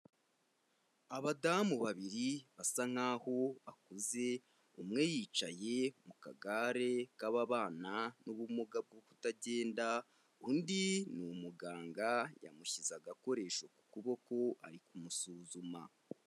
Abadamu babiri basa nk'aho bakuze umwe yicaye mu kagare k'ababana n'ubumuga bwo kutagenda, undi ni umuganga yamushyize agakoresho ku kuboko ari kumusuzuma.